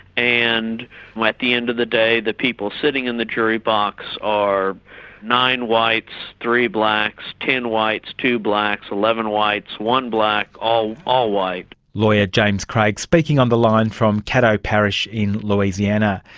and at the end of the day the people sitting in the jury box are nine whites three blacks, ten whites two blacks, eleven whites one black, all all white. lawyer james craig, speaking on the line from caddo parish in louisiana.